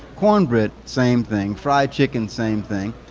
corn bread, same thing. fried chicken, same thing.